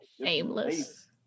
shameless